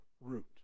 root